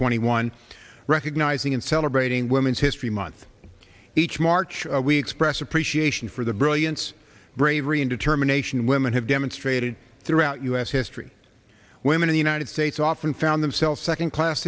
twenty one recognizing and celebrating women's history month each march we express appreciation for the brilliance bravery and determination women have demonstrated throughout u s history women in the united states often found themselves second class